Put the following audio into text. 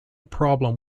problem